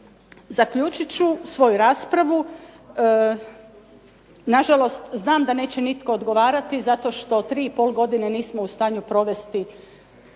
Zaključit ću svoju raspravu, nažalost znam da neće nitko odgovarati zato što 3,5 godine nismo u stanju provesti